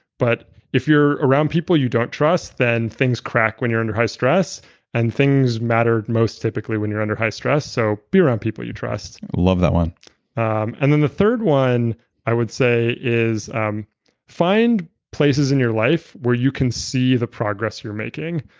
but if you're around people you don't trust, then things crack when you're under high stress and things mattered most typically when you're under high stress, so be around people you trust i love that one and then the third one i would say is um find places in your life where you can see the progress you're making.